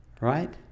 right